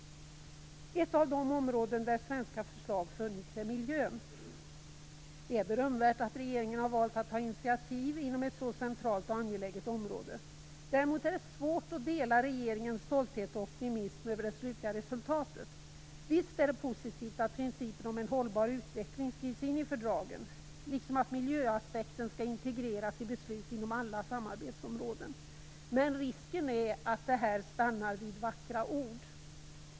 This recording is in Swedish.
Ett av de områden där det har funnits svenska förslag är miljön. Det är berömvärt att regeringen har valt att ta initiativ inom ett så centralt och angeläget område. Däremot är det svårt dela regeringens stolthet och optimism över det slutliga resultatet. Visst är det positivt att principen om en hållbar utveckling skrivs in i fördragen, liksom att miljöaspekten skall integreras i beslut inom alla samarbetsområden. Men risken är att det här stannar vid vackra ord.